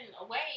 away